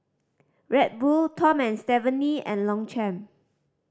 Red Bull Tom Stephanie and Longchamp